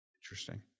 Interesting